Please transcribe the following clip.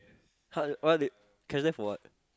!huh! what did catch them for what